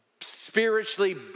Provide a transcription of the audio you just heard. spiritually